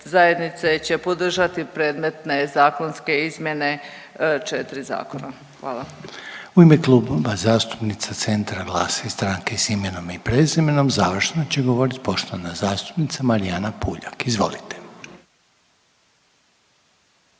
HDZ-a će podržati predmetne zakonske izmjene 4 zakona. Hvala. **Reiner, Željko (HDZ)** U ime Kluba zastupnica Centra, GLAS-a i Stranke s imenom i prezimenom završno će govoriti poštovana zastupnica Marijana Puljak, izvolite.